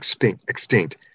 extinct